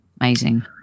Amazing